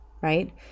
right